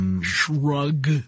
Shrug